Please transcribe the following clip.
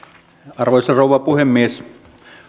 arvoisa rouva puhemies